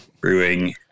brewing